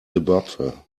simbabwe